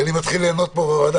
אני מתחיל ליהנות פה בוועדה,